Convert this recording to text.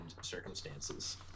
circumstances